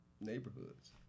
neighborhoods